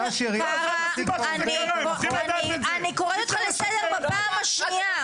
קארה, אני קוראת אותך לסדר בפעם השנייה.